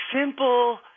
simple